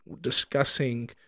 discussing